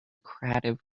crative